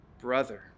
brother